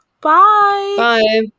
Bye